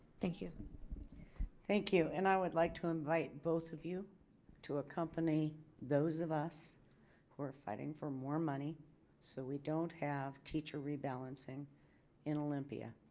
thank you. harris thank you. and i would like to invite both of you to accompany those of us who are fighting for more money so we don't have teacher rebalancing in olympia,